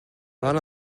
dona